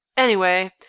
anyway,